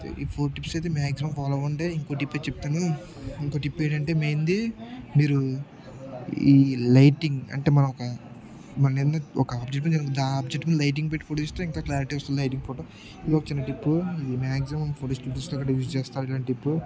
ఈ four tips అయితే maximum follow అ ఉంటే ఇంకో టిప్ చెప్తాను ఇంకో టిప్ ఏంటంటే మెయిన్ ఏంది మీరు ఈ లైటింగ్ అంటే మన ఒక మన ఒక ఆబ్జెక్ట్ ఆ లైటింగ్ పెట్టి ఫోటో ఇస్తే ఇంకా క్లారిటీ వస్తుంది లైటింగ్ ఫోటో ఇలా చిన్న టిప్పు మ్యాక్సిమం ఫోటోస్ టిప్స్ దగ్గర యూస్ చేస్తారు ఇలాంటి టిప్పు